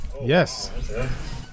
Yes